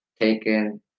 taken